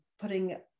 putting